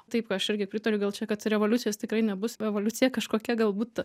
taip aš irgi pritariu gal čia kad revoliucijos tikrai nebus evoliucija kažkokia galbūt